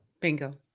Bingo